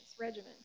regimen